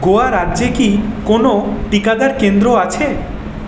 গোয়া রাজ্যে কি কোনও টিকাদান কেন্দ্র আছে